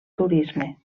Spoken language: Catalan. turisme